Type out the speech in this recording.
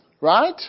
right